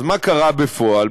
אז מה קרה בפועל?